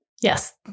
Yes